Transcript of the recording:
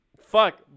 Fuck